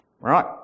right